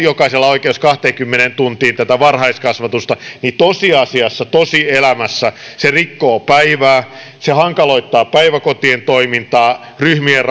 jokaisella on oikeus kahteenkymmeneen tuntiin tätä varhaiskasvatusta niin tosiasiassa tosielämässä se rikkoo päivää se hankaloittaa päiväkotien toimintaa ryhmien